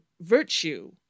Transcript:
virtue